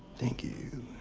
thank you.